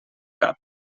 cap